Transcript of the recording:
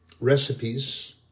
recipes